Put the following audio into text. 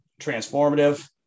transformative